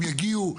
הם יגיעו,